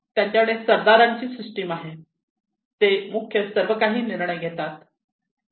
त्यांच्याकडे सरदारांची सिस्टम आहे ते मुख्य सर्वकाही निर्णय घेतात